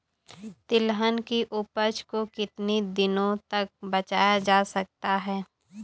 तिलहन की उपज को कितनी दिनों तक बचाया जा सकता है?